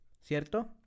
Cierto